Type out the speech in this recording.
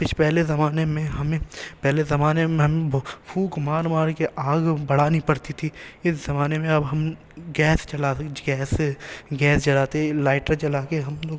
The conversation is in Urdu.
پہلے زمانے میں ہمیں پہلے زمانے میں ہم پھونک مار مار کے آگ بڑھانی پڑتی تھی اس زمانے میں اب ہم گیس چلاتے گیس سے گیس جلاتے لائٹر جلا کے ہم لوگ